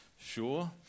sure